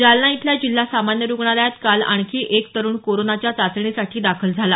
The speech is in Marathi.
जालना इथल्या जिल्हा सामान्य रुग्णालयात काल आणखीन एक तरुण कोरोनाच्या चाचणीसाठी दाखल झाला